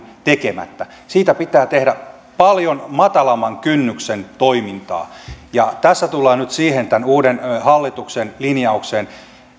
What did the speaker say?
tekemättä siitä pitää tehdä paljon matalamman kynnyksen toimintaa tässä tullaan nyt siihen tämän uuden hallituksen linjaukseen